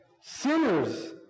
Sinners